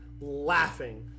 laughing